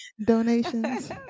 Donations